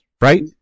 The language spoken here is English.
right